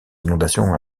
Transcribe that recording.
inondations